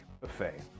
buffet